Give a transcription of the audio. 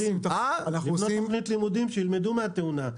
לבנות תוכנית לימודים שילמדו מהתאונה,